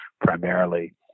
primarily